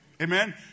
Amen